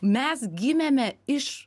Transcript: mes gimėme iš